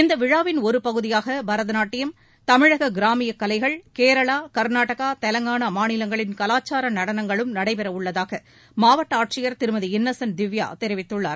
இந்த விழாவின் ஒரு பகுதியாக பரத நாட்டியம் தமிழக கிராமியக் கலைகள் கேரளா கர்நாடகா தெலங்கானா மாநிலங்களின் கலாச்சார நடனங்களும் நடைபெறவுள்ளதாக மாவட்ட ஆட்சியர் திருமதி இன்னசென்ட் திவ்யா தெரிவித்துள்ளார்